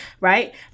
Right